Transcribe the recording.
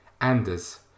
Anders